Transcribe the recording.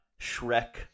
shrek